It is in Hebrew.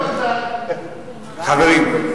חברים.